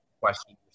question